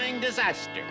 disaster